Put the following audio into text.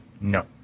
No